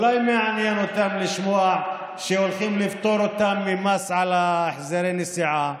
אולי מעניין אותם לשמוע שהולכים לפטור אותם ממס על החזרי נסיעה?